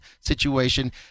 situation